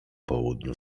południu